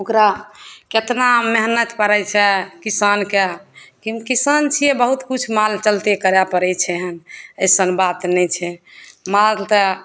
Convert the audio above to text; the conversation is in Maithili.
ओकरा केतना मेहनत पड़ैत छै किसानके किन किसान छियै बहुत किछु माल चलते करए पड़ैत छै एहन अइसन बात नहि छै माल तऽ